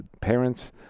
parents